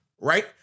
Right